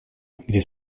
где